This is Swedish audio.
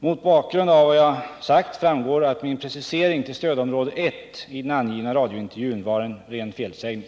Mot bakgrund av vad jag sagt framgår att min precisering till stödområde 1 i den angivna radiointervjun var en ren felsägning.